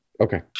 Okay